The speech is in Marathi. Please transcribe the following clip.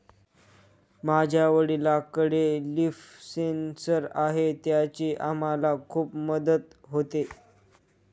माझ्या वडिलांकडे लिफ सेन्सर आहे त्याची आम्हाला खूप मदत होते